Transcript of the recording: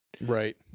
right